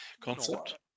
concept